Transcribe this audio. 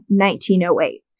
1908